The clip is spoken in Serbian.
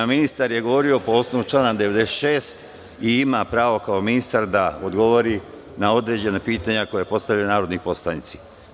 Ministar je govorio po osnovu člana 96. i ima pravo kao ministar da odgovori na određena pitanja koja postavljaju narodni poslanici.